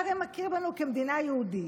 אתה הרי מכיר בנו כמדינה יהודית,